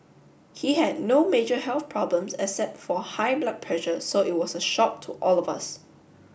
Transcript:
he had no major health problems except for high blood pressure so it was a shock to all of us